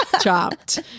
chopped